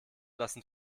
lassen